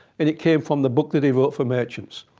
and it came from the book that he wrote for merchants.